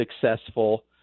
successful